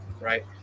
Right